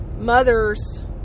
mothers